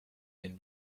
been